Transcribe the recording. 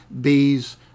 bees